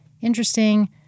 interesting